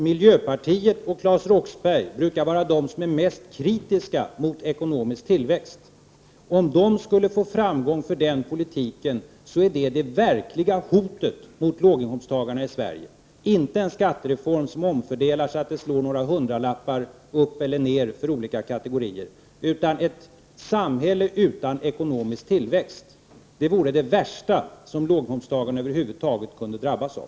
Miljöpartiet och Claes Roxbergh brukar vara de som är mest kritiska mot ekonomisk tillväxt. Om de skulle få framgång för den politiken så är det det verkliga hotet mot låginkomsttagarna i Sverige, inte en skattereform som omfördelar så att det slår några hundralappar upp eller ner för olika kategorier. Det verkliga hotet skulle vara ett samhälle utan ekonomisk tillväxt. Det vore det värsta som låginkomsttagarna över huvud taget kunde drabbas av!